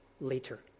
later